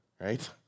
right